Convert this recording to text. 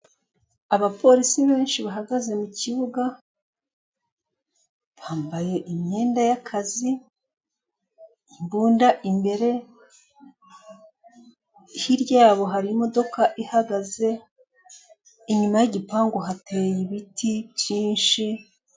Abapolisi benshi bahagaze mu kibuga, bambaye imyenda y'akazi, imbunda imbere, hirya yabo hari imodoka ihagaze, inyuma y'igipangu hateye ibiti byinshi,...